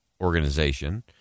organization—